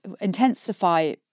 intensify